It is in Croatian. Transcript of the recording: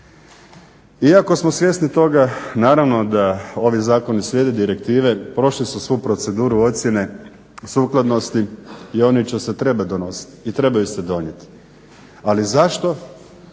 Iako smo svjesni toga naravno da ovi zakoni slijede direktive prošli su svu proceduru ocjene, sukladnosti i oni će se trebati donositi i trebaju se donijeti, ali zašto